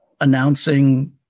announcing